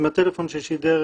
של טכנולוגיות שידור